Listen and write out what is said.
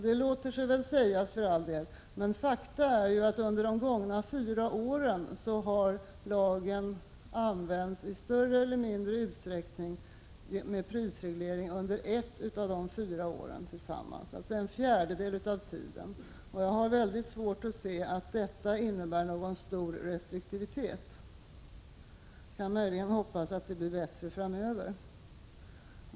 Det låter sig för all del sägas, men faktum är att under de gångna fyra åren har lagen använts i större eller mindre utsträckning under ett av dessa fyra år, alltså under en fjärdedel av tiden. Jag har svårt att se att detta innebär någon stor restriktivitet. Man kan möjligen hoppas att det blir bättre framöver.